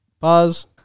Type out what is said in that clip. Pause